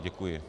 Děkuji.